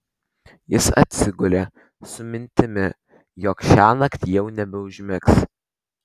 jis atsigulė su mintimi jog šiąnakt jau nebeužmigs